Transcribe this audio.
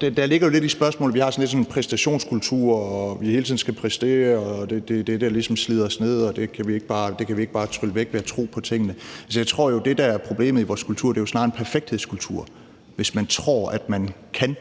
der ligger jo lidt i spørgsmålet, at vi ligesom har en præstationskultur, at vi hele tiden skal præstere, og at det er det, der ligesom slider os ned, og at vi ikke bare kan trylle det væk ved at tro på tingene. Jeg tror jo, at det, der er problemet i vores kultur, snarere er, at det er en perfekthedskultur, altså hvis man tror, at man kan